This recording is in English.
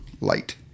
light